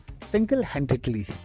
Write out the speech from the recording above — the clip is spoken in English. single-handedly